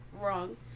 wrong